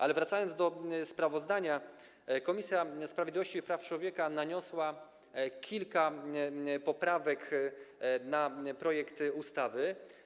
Ale wracając do sprawozdania: Komisja Sprawiedliwości i Praw Człowieka naniosła kilka poprawek na projekt ustawy.